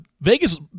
Vegas